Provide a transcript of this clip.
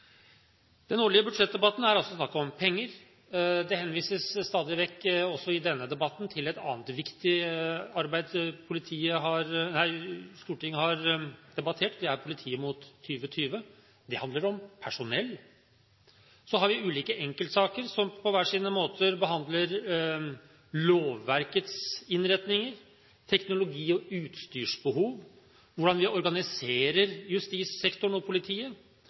den årlige budsjettdebatten er det altså snakk om penger. Det henvises stadig vekk, også i denne debatten, til et annet viktig arbeid Stortinget har debattert, og det er Politiet mot 2020. Det handler om personell. Så har vi ulike enkeltsaker som på hver sine måter behandler lovverkets innretninger, teknologi- og utstyrsbehov, hvordan vi organiserer justissektoren og politiet,